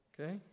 Okay